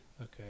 Okay